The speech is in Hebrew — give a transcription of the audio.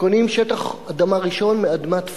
קונים שטח אדמה ראשון מאדמת פולה.